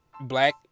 black